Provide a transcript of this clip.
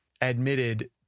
admitted